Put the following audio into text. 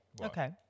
Okay